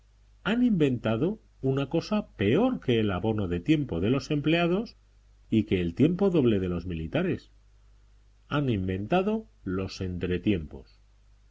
han inventado una cosa peor que el abono de tiempo de los empleados y que el tiempo doble de los militares han inventado los entretiempos hay